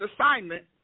assignment